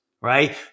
Right